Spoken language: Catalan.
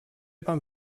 van